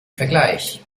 vergleich